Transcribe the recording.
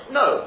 no